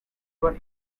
were